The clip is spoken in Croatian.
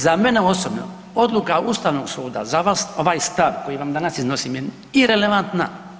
Za mene osobno, odluka Ustavnog suda, za vas, ovaj stav koji vam danas iznosim je irelevantna.